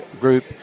group